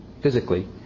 physically